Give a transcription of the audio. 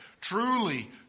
Truly